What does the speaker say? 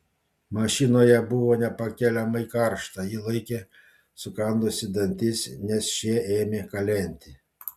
mašinoje buvo nepakeliamai karšta ji laikė sukandusi dantis nes šie ėmė kalenti